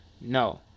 No